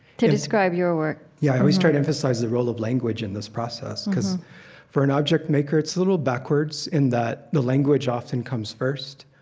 to describe your work yeah. i always try to emphasize the role of language in this process, because for an object maker, it's a little backwards in that the language often comes first,